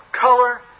color